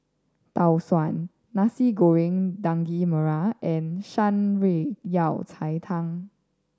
Tau Suan Nasi Goreng Daging Merah and Shan Rui Yao Cai Tang